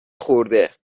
خورده